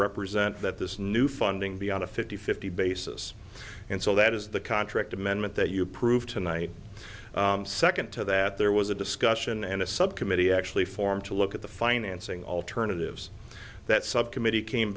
represent that this new funding be on a fifty fifty basis and so that is the contract amendment that you proved tonight second to that there was a discussion and a subcommittee actually formed to look at the financing alternatives that subcommittee came